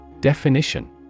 Definition